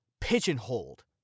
pigeonholed